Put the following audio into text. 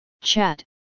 chat